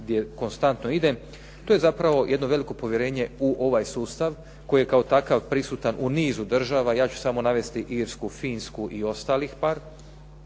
gdje konstantno idem, to je zapravo jedno veliko povjerenje u ovaj sustav koji je kao takav prisutan u nizu država. Ja ću samo navesti Irsku, Finsku i ostalih par.